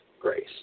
grace